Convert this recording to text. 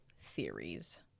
theories